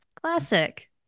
Classic